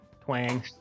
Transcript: twang